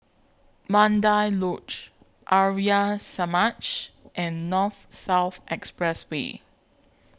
Mandai Lodge Arya Samaj and North South Expressway